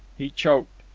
he choked.